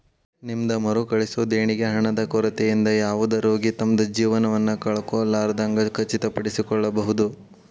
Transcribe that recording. ನಿಮ್ದ್ ಮರುಕಳಿಸೊ ದೇಣಿಗಿ ಹಣದ ಕೊರತಿಯಿಂದ ಯಾವುದ ರೋಗಿ ತಮ್ದ್ ಜೇವನವನ್ನ ಕಳ್ಕೊಲಾರ್ದಂಗ್ ಖಚಿತಪಡಿಸಿಕೊಳ್ಬಹುದ್